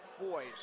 boys